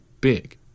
big